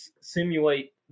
simulate